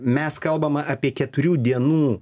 mes kalbam apie keturių dienų